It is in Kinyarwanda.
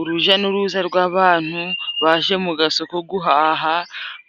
Uruja n'uruza rw'abantu baje mu gasoko guhaha，